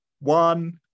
one